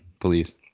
please